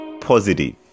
positive